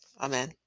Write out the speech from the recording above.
Amen